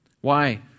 Why